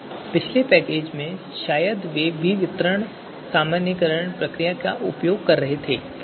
तो पिछले पैकेज में शायद वे भी वितरण सामान्यीकरण प्रक्रिया का उपयोग कर रहे थे